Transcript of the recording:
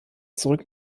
zurück